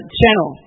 channel